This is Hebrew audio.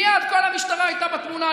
מייד כל המשטרה הייתה בתמונה.